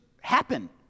happen